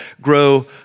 grow